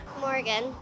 Morgan